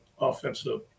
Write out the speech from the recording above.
offensive